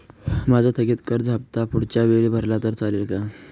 माझा थकीत कर्ज हफ्ता पुढच्या वेळी भरला तर चालेल का?